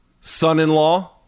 Son-in-law